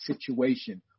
situation